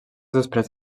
després